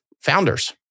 founders